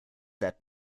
that